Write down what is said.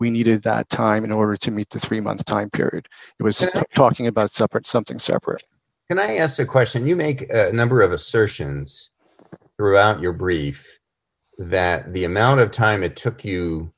we needed that time in order to meet the three month time period it was talking about separate something separate and i asked a question you make a number of assertions throughout your brief that the amount of time it took you